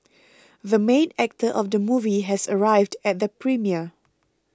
the main actor of the movie has arrived at the premiere